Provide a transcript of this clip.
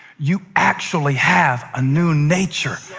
you actually have a new nature.